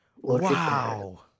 wow